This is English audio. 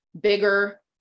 bigger